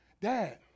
Dad